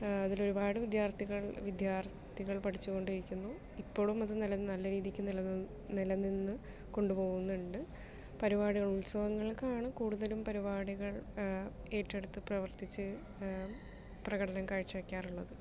അതില് ഒരുപാട് വിദ്യാർത്ഥികൾ വിദ്യാർത്ഥികൾ പഠിച്ചു കൊണ്ടിരിക്കുന്നു ഇപ്പോളും അത് നില നല്ല രീതിക്ക് നിലനിന്ന് നിലനിന്ന് കൊണ്ട് പോകുന്നുണ്ട് പരിപാടികൾ ഉത്സവങ്ങൾക്കാണ് കൂടുതലും പരിപാടികൾ ഏറ്റെടുത്ത് പ്രവർത്തിച്ച് പ്രകടനം കാഴ്ച വെക്കാറുള്ളത്